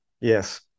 Yes